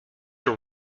were